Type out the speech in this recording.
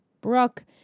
Brooke